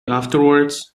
afterwards